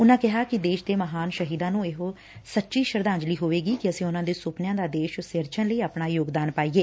ਉਨਾਂ ਕਿਹਾ ਕਿ ਦੇਸ਼ ਦੇ ਮਹਾਨ ਸ਼ਹੀਦਾਂ ਨੂੰ ਇਹੋ ਸੱਚੀ ਸ਼ਰਧਾਂਜਲੀ ਹੋਵੇਗੀ ਕਿ ਅਸੀਂ ਉਨਾਂ ਦੇ ਸੁਪੱਨਿਆਂ ਦਾ ਦੇਸ਼ ਸਿਰਜਣ ਲਈ ਆਪਣਾ ਯੋਗਦਾਨ ਪਾਈਏ